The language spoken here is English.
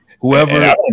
whoever